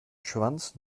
schwanz